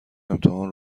امتحان